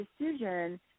decision